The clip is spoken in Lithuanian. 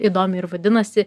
įdomiai ir vadinasi